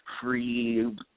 free